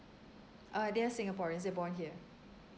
uh they're singaporeans they're born here